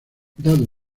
dado